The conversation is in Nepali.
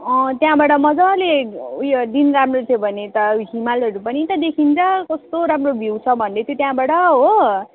अँ त्यहाँबाट मजाले ऊ यो दिन राम्रो थियो भने त हिमालहरू पनि त देखिन्छ कस्तो राम्रो भ्यु छ भन्दैथ्यो त्यहाँबाट हो